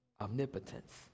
omnipotence